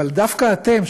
אבל דווקא אתם,